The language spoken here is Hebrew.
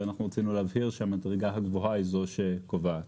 רצינו להבהיר שהמדרגה הגבוהה היא זו שקובעת.